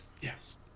Yes